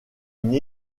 une